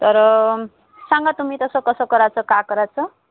तर सांगा तुम्ही तसं कसं करायचं का करायचं